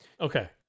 Okay